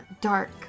dark